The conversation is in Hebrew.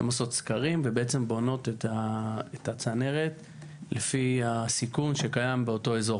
הן עושות סקרים ובונות את הצנרת לפי הסיכון שקיים באותו אזור